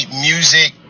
music